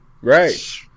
Right